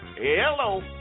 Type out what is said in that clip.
hello